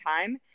time